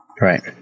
Right